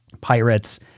Pirates